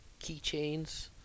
keychains